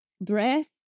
breath